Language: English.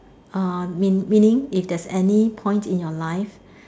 uh mean meaning if there's any point in your life